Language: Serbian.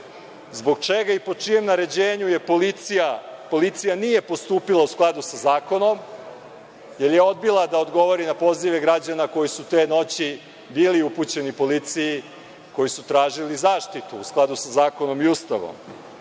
Zbog čega i po čijem naređenju policija nije postupila u skladu sa zakonom, jer je odbila da odgovori na pozive građana koji su te noći bili upućeni policiji, koji su tražili zaštitu u skladu sa zakonom i Ustavom,